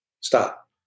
Stop